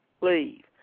leave